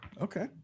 Okay